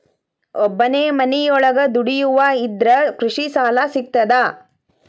ಒಬ್ಬನೇ ಮನಿಯೊಳಗ ದುಡಿಯುವಾ ಇದ್ರ ಕೃಷಿ ಸಾಲಾ ಸಿಗ್ತದಾ?